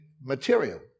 material